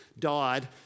died